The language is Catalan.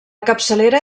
capçalera